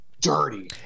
dirty